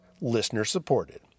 listener-supported